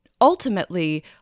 ultimately